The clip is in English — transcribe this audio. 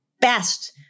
best